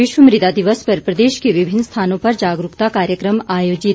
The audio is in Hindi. विश्व मृदा दिवस पर प्रदेश के विभिन्न स्थानों पर जागरूकता कार्यक्रम आयोजित